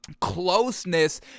closeness